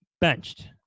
benched